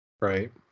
Right